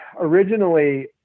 originally